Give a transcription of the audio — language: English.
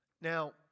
Now